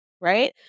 right